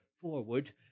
forward